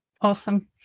Awesome